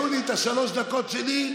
עוד שנייה,